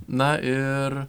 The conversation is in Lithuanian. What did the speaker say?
na ir